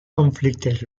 conflictes